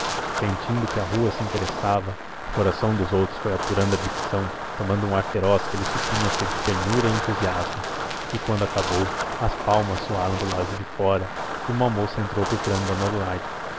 sentindo que a rua se interessava coração dos outros foi apurando a dicção tomando um ar feroz que ele supunha ser de ternura e entusiasmo e quando acabou as palmas soaram do lado de fora e uma moça entrou procurando dona adelaide